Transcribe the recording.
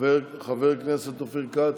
חבר הכנסת אופיר כץ,